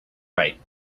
right